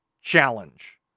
challenge